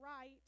right